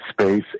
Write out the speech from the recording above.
space